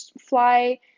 fly